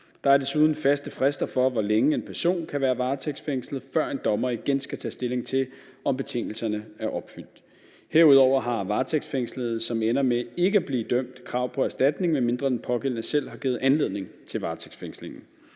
Der er desuden faste frister for, hvor længe en person kan være varetægtsfængslet, før en dommer igen skal tage stilling til, om betingelserne er opfyldt. Herudover har varetægtsfængslede, som ender med ikke at blive dømt, krav på erstatning, medmindre den pågældende selv har givet anledning til varetægtsfængslingen.